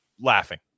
laughing